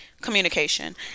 Communication